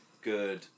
good